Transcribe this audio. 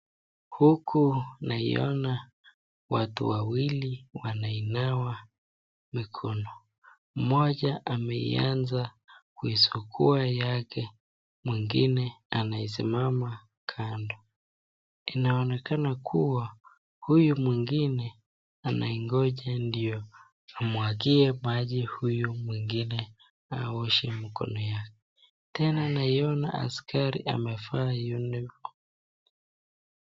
Huku naiona watu wawili wameinua mikono, moja ameanza kuisugua yake ,mwingine amesimama kando, inaonekana kuwa huyu mwingine anaingoja ndio amwagie maji huyu mwingine aoshe mkono yake, tena naona askri amevaa unifomu.